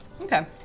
Okay